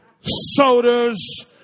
sodas